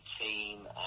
team